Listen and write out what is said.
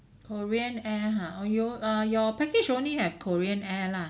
korean air ha oh you all err your package only have korean air lah